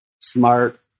smart